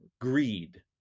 greed